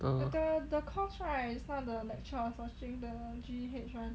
err